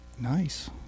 Nice